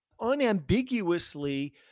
unambiguously